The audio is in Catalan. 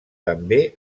també